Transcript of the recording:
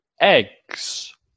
eggs